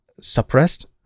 suppressed